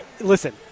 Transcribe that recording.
Listen